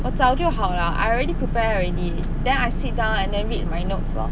我早就好了 I already prepare already then I sit down and then read my notes lor